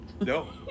No